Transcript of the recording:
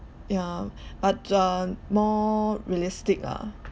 ya but uh more realistic ah